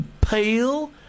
pale